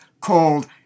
called